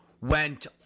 went